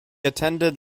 attended